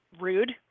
rude